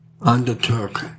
undertook